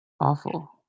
awful